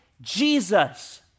Jesus